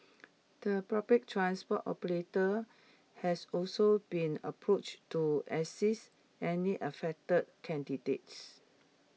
the public transport operators have also been approached to assist any affected candidates